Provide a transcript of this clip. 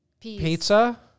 Pizza